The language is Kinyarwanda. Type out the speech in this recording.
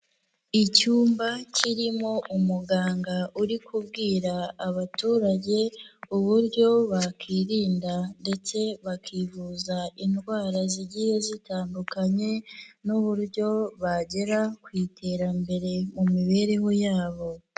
Icyumba kirimo umuganga uri kubwira abaturage, uburyo bakwirinda ndetse bakivuza indwara zigiye zitandukanye n'uburyo bagera ku iterambere mu mibereho yabo.